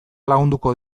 lagunduko